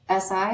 SI